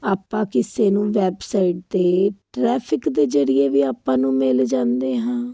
ਆਪਾਂ ਕਿਸੇ ਨੂੰ ਵੈਬਸਾਈਟ 'ਤੇ ਟਰੈਫਿਕ ਦੇ ਜਰੀਏ ਵੀ ਆਪਾਂ ਨੂੰ ਮਿਲ ਜਾਂਦੇ ਹਾਂ